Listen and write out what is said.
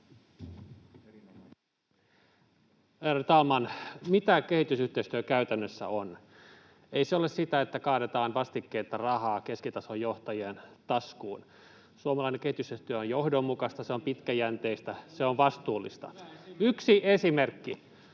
Ärade talman! Mitä kehitysyhteistyö käytännössä on? Ei se ole sitä, että kaadetaan vastikkeetta rahaa keskitason johtajien taskuun. Suomalainen kehitysyhteistyö on johdonmukaista, se on pitkäjänteistä, se on vastuullista. [Välihuutoja